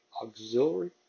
Auxiliary